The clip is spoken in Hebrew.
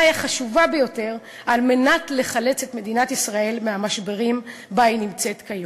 החשובה ביותר על מנת לחלץ את מדינת ישראל מהמשברים שבהם היא נמצאת כיום.